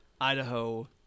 Idaho